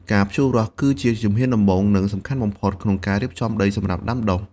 ការភ្ជួររាស់គឺជាជំហានដំបូង និងសំខាន់បំផុតក្នុងការរៀបចំដីសម្រាប់ដាំដុះ។